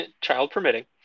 child-permitting